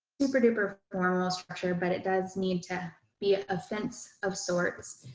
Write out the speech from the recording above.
super-duper formal structure, but it does need to be a fence of sorts,